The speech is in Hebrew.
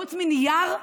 חוץ מנייר,